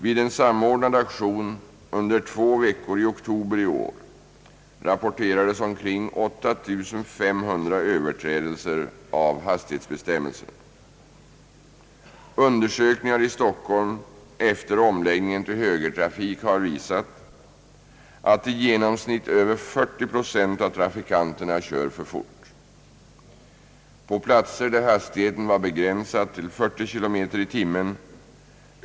Vid en samordnad aktion under två veckor i oktober i år rapporterades omkring 8 500 överträdelser av hastighetsbestämmelserna. Undersökningar i Stockholm efter omläggningen till högertrafik har visat att i genomsnitt över 40 procent av trafikanterna kör för fort. På platser där hastigheten var begränsad till 40 km/ tim.